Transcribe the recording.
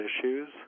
issues